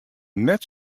net